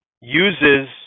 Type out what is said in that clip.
uses